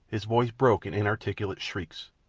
his voice broke in inarticulate shrieks.